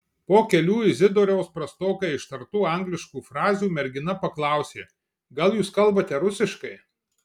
po kelių izidoriaus prastokai ištartų angliškų frazių mergina paklausė gal jūs kalbate rusiškai